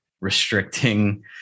restricting